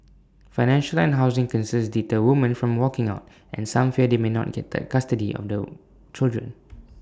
financial and housing concerns deter woman from walking out and some fear they may not get custody on the children